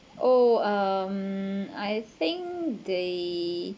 oh um I think they